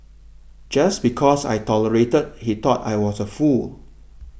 just because I tolerated he thought I was a fool